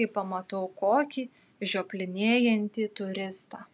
kai pamatau kokį žioplinėjantį turistą